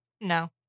no